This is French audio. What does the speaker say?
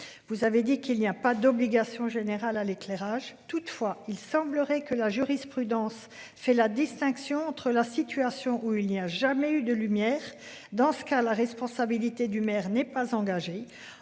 Vous avez dit qu'il y a pas d'obligation générale à l'éclairage. Toutefois, il semblerait que la jurisprudence fait la distinction entre la situation où il n'y a jamais eu de lumière dans ce cas la responsabilité du maire n'est pas engagé.